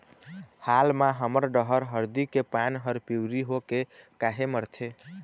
हाल मा हमर डहर हरदी के पान हर पिवरी होके काहे मरथे?